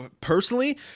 personally